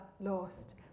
lost